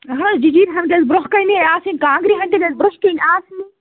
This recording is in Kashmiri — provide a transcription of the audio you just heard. اہن حظ جِجیٖرۍ ہَن گژھِ برٛونٛہہ کَنی آسٕنۍ کانٛگرِ ہَن تہِ گژھِ برٛونٛہہ کَنۍ آسنی